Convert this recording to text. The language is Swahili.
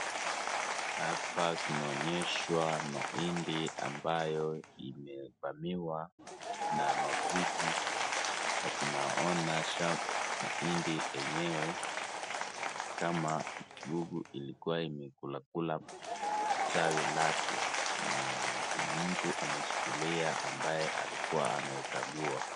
Hapa tunaonyeshwa mahindi ambayo imevamiwa na magugu na tunaona mahindi enyewe kama magugu ilikua imekulakula tawi lake na kuna mtu ameshikilia ambaye alikua anaikagua